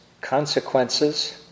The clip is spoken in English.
consequences